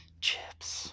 chips